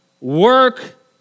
Work